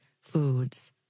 foods